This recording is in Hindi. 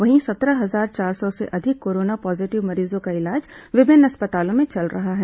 वहीं सत्रह हजार चार सौ से अधिक कोरोना पॉजीटिव मरीजों का इलाज विभिन्न अस्पतालों में चल रहा है